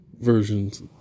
versions